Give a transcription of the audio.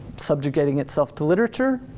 subjugating itself to literature?